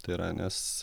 tai yra nes